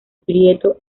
pietro